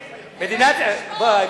אומר, אתה אומר ההיפך.